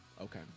Okay